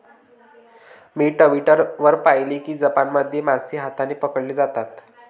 मी Twitter वर पाहिले की जपानमध्ये मासे हाताने पकडले जातात